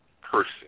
person